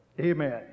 Amen